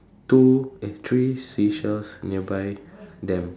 two eh three seashells nearby them